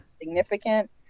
significant